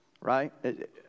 right